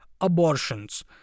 abortions